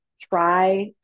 Try